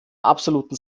absoluten